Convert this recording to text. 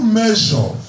measure